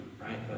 right